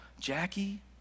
Jackie